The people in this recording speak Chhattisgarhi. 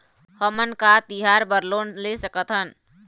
हमन का तिहार बर लोन ले सकथन?